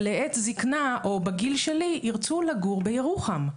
אבל לעת זקנה או בגיל שלי ירצו לגור בירוחם.